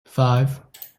five